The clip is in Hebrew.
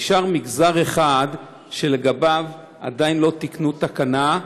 נשאר מגזר אחד שלגביו עדיין לא תיקנו תקנה,